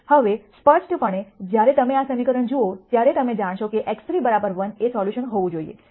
હવે સ્પષ્ટપણે જ્યારે તમે આ સમીકરણ જુઓ ત્યારે તમે જાણશો કે x3 1 એ સોલ્યુશન હોવું જોઈએ